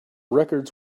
records